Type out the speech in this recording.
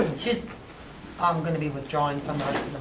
she's um going to be withdrawing from the rest